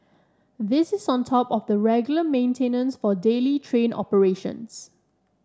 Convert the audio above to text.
this is on top of the regular maintenance for daily train operations